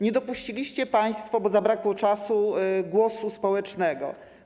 Nie dopuściliście państwo, bo zabrakło czasu, głosu społecznego.